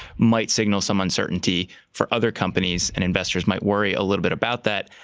might signal some uncertainty for other companies, and investors might worry a little bit about that.